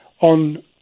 on